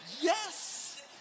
Yes